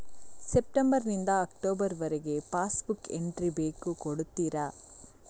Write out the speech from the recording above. September ನಿಂದ October ವರಗೆ passbook entry ಬೇಕು ಕೊಡುತ್ತೀರಾ?